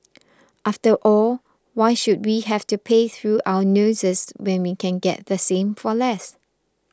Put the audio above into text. after all why should we have to pay through our noses when we can get the same for less